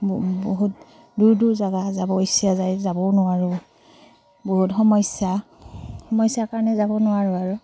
বহুত দূৰ দূৰ জেগা যাব ইচ্ছা যায় যাবও নোৱাৰোঁ বহুত সমস্যা সমস্যাৰ কাৰণে যাব নোৱাৰোঁ আৰু